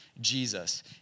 Jesus